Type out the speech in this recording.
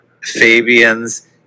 fabians